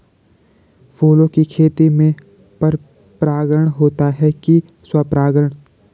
फूलों की खेती में पर परागण होता है कि स्वपरागण?